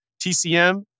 TCM